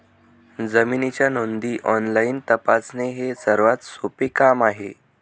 जमिनीच्या नोंदी ऑनलाईन तपासणे हे सर्वात सोपे काम आहे